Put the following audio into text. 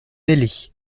naillet